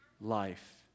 life